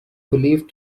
believed